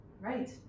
Right